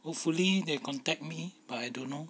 hopefully they contact me but I don't know